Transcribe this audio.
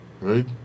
Right